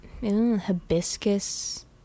hibiscus